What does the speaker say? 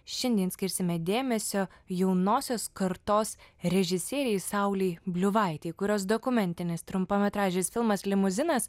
šiandien skirsime dėmesio jaunosios kartos režisierei saulei bliuvaitei kurios dokumentinis trumpametražis filmas limuzinas